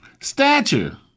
Stature